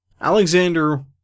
Alexander